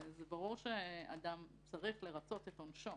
זה ברור שאדם צריך לרצות את עונשו.